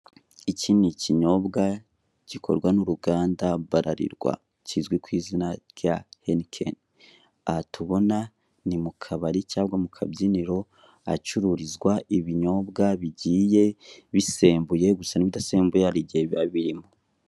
Iki ni ikinyobwa gikorwa n'uruganda balarirwa kizwi ku izina rya henikeni, aha tubona ni mukabari cyangwa mu kabyiniro ahacururizwa ibinyobwa bigiye bisembuye gusa n'ibidasembuye hari igihe biba birimo.